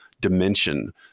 dimension